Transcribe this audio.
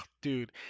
Dude